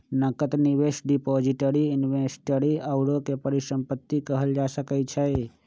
नकद, निवेश, depository, inventory आउरो के परिसंपत्ति कहल जा सकइ छइ